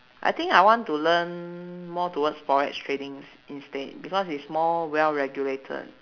I think I want to learn more towards forex tradings instead because it's more well regulated